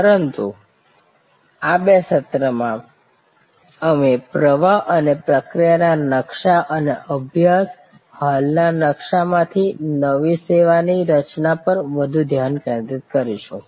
પરંતુ આ બે સત્રમાં અમે પ્રવાહ અને પ્રક્રિયા ના નકશા અને અભ્યાસ હાલના નકશા માંથી નવી સેવાની રચના પર વધુ ધ્યાન કેન્દ્રિત કરીશું